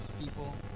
people